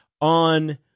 on